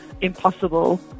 impossible